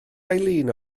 eileen